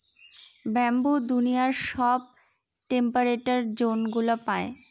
bamboo দুনিয়ার সব temperate জোনগুলা পায়